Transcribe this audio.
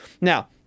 Now